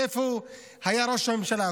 איפה היה ראש הממשלה?